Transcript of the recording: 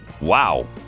Wow